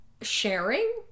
sharing